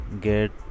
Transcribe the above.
get